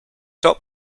top